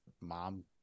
mom